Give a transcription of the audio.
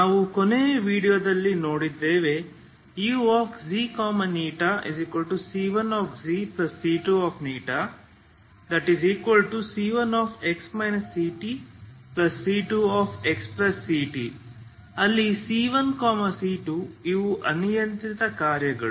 ನಾವು ಕೊನೆಯ ವೀಡಿಯೋದಲ್ಲಿ ನೋಡಿದ್ದೇವೆuξηc1c2c1x ctc2xct ಅಲ್ಲಿ c1 c2 ಇವು ಅನಿಯಂತ್ರಿತ ಕಾರ್ಯಗಳು